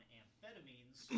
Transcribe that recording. amphetamines